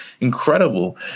incredible